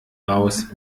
raus